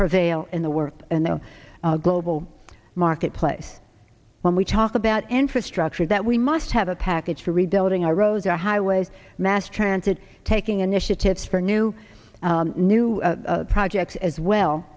prevail in the work and the global marketplace when we talk about infrastructure that we must have a package for rebuilding our roads our highways mass transit taking initiatives for new new projects as well